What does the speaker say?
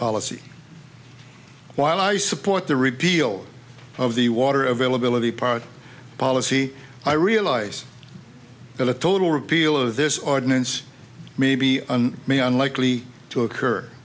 policy while i support the repeal of the water availability part policy i realize that a total repeal of this ordinance maybe maybe unlikely to occur